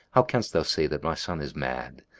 how canst thou say that my son is mad?